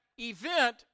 event